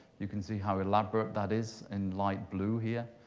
you can see how elaborate that is in light blue here.